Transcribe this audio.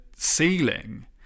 ceiling